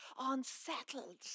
unsettled